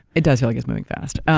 it does feel like it's moving fast.